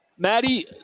Maddie